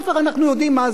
אנחנו יודעים מה זה,